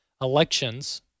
elections